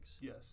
Yes